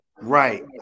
Right